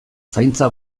zaintza